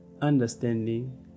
understanding